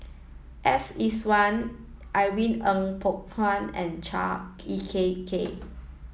S Iswaran Irene Ng Phek Hoong and Chua E K Kay